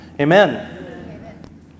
Amen